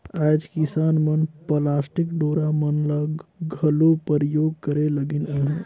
आएज किसान मन पलास्टिक डोरा मन ल घलो परियोग करे लगिन अहे